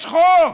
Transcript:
יש חוק.